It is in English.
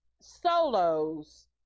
solos